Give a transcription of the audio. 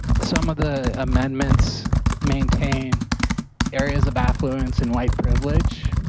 some of the amendments maintain areas of affluence and white privilege,